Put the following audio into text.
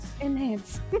Enhance